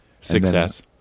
Success